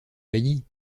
bailli